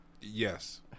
Yes